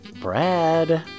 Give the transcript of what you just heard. Brad